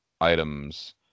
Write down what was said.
items